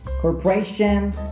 corporation